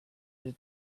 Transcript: his